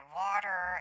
water